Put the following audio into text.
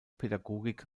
pädagogik